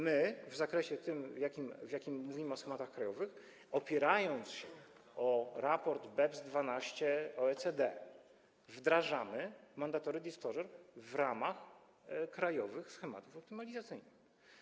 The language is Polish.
My w zakresie tym, w jakim mówimy o schematach krajowych, opierając się na raporcie BEPS 12 OECD, wdrażamy mandatory disclosure w ramach krajowych schematów optymalizacyjnych.